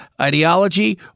ideology